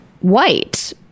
white